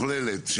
הכוללת?